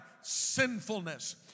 sinfulness